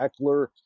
Eckler